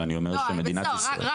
אבל אני אומר שמדינת ישראל --- רק